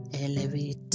elevate